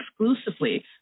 exclusively